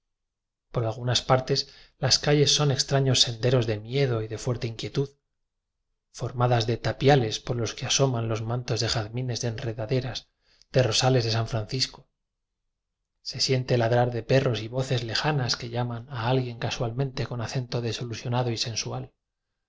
por al gunas partes las calles son extraños sende ros de miedo y de fuerte inquietud forma das de tapiales por los que asoman los mantos de jazmines de enredaderas de ro sales de san francisco se siente ladrar biblioteca nacional de españa de perros y voces lejanas que llaman a al guien casualmente con acento desilusiona do y sensual